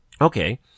Okay